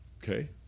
Okay